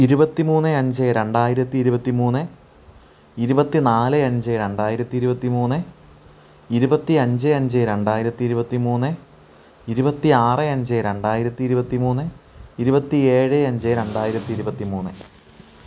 ഇരുപത്തിമൂന്ന് അഞ്ച് രണ്ടായിരത്തി ഇരുപത്തിമൂന്ന് ഇരുപത്തിനാല് അഞ്ച് രണ്ടായിരത്തി ഇരുപത്തിമൂന്ന് ഇരുപത്തിഅഞ്ച് അഞ്ച് രണ്ടായിരത്തി ഇരുപത്തിമൂന്ന് ഇരുപത്തിആറ് അഞ്ച് രണ്ടായിരത്തി ഇരുപത്തിമുന്ന് ഇരുപത്തിഏഴ് അഞ്ച് രണ്ടായിരത്തി ഇരുപത്തിമുന്ന്